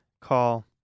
call